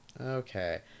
Okay